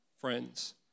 friends